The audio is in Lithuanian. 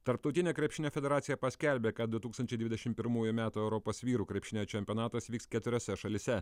tarptautinė krepšinio federacija paskelbė kad du tūkstančiai dvidešim pirmųjų metų europos vyrų krepšinio čempionatas vyks keturiose šalyse